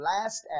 last